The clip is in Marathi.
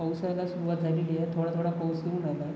पावसाला सुरुवात झालेली आहे थोडा थोडा पाऊस सुरु झाला आहे